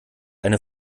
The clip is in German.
eine